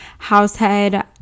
househead